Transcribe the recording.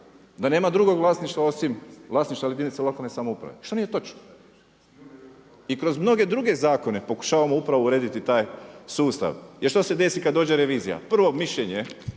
da nema drugog vlasništva osim vlasništva jedinice lokalne samouprave što nije točno. I kroz mnoge druge zakone pokušavamo upravo urediti taj sustav. Jer što se desi kada dođe revizija? Prvo mišljenje